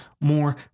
more